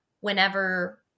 whenever